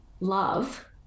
love